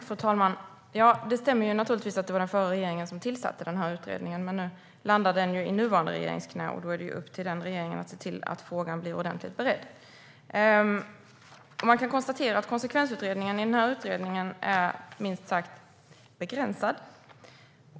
Fru talman! Det stämmer naturligtvis att det var den förra regeringen som tillsatte utredningen. Men nu landade den i nuvarande regerings knä, och då är det upp till den regeringen att se till att frågan blir ordentligt beredd. Man kan konstatera att konsekvensutredningen i utredningen är minst sagt begränsad.